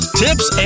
tips